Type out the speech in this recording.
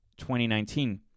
2019